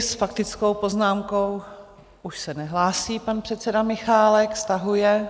S faktickou poznámkou už se nehlásí pan předseda Michálek, stahuje.